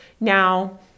Now